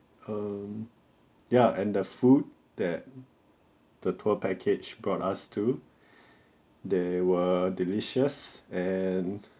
mm ya and the food that the tour package brought us to they were delicious and